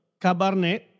Cabernet